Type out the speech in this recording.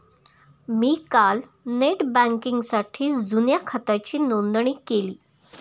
मी काल नेट बँकिंगसाठी जुन्या खात्याची नोंदणी केली